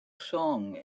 song